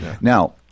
Now